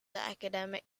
academic